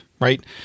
right